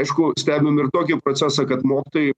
aišku stebim ir tokį procesą kad mokytojai